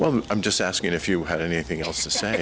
well i'm just asking if you had anything else to say